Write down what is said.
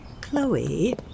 Chloe